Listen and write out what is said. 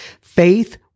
faith